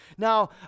Now